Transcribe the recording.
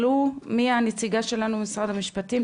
מי הנציגה שלנו ממשרד המשפטים,